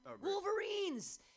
Wolverines